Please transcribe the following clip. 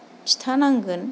खिन्थानांगोन